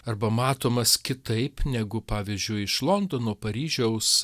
arba matomas kitaip negu pavyzdžiui iš londono paryžiaus